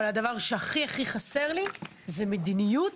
אבל הדבר שחסר לי הכי זה מדיניות,